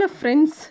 friends